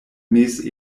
mez